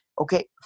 Okay